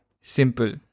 simple